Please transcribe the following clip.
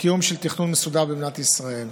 תכנון מסודר במדינת ישראל.